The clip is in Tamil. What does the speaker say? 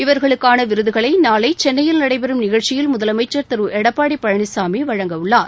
இவர்களுக்கான விருதுகளை நாளை சென்னையில் நடைபெறும் நிகழ்ச்சியில் முதலமைச்சர் திரு எடப்பாடி பழனிசாமி வழங்க உள்ளார்